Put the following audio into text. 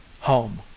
home